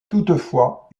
toutefois